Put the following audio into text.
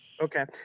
Okay